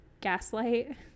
Gaslight